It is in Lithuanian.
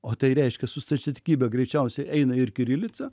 o tai reiškia su stačiatikybe greičiausiai eina ir kirilica